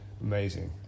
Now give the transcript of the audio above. amazing